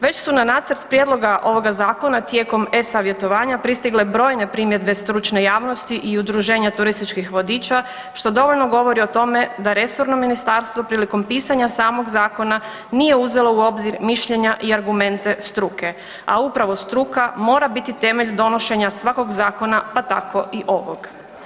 Već su na nacrt prijedloga ovoga zakona tijekom e-savjetovanja pristigle brojne primjedbe stručne javnosti i udruženja turističkih vodiča što dovoljno govori o tome da je resorno ministarstvo prilikom pisanja samog zakona nije uzelo u obzir mišljenja i argumente struke, a upravo struka mora biti temelj donošenja svakog zakona pa tako i ovog.